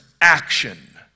action